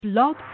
blog